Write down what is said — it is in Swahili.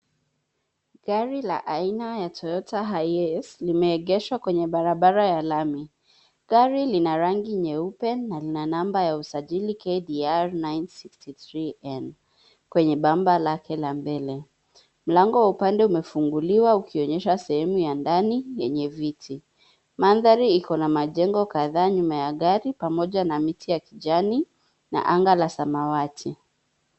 Gari la aina ya Toyota Hiace limeegeshwa kwenye barabara ya lami. Gari lina rangi nyeupe na lina namba ya usajili KDR 963N kwenye bamba lake la mbele. Mlango wa upande umefunguliwa ukionyesha sehemu ya ndani yenye viti. Mandhari iko na majengo kadhaa nyuma ya gari, pamoja na miti ya kijani na anga la samawati.